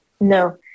No